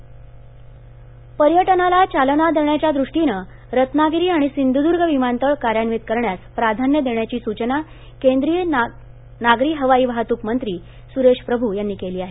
प्रमू पर्यटनाला चालना देण्याच्या दृष्टीनं रत्नागिरी आणि सिंधूदुर्ग विमानतळ कार्यान्वित करण्यास प्राधान्य देण्याची सूचना केंद्रीय नागरी हवाई वाहतूक मंत्री सूरेश प्रभू यांनी केली आहे